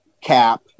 Cap